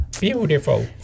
Beautiful